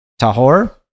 tahor